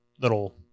little